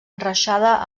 enreixada